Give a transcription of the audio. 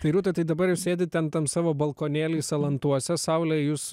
tai rūta tai dabar jūs sėdit ten tam savo balkonėly salantuose saulė į jūs